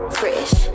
fresh